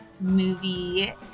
movie